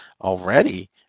already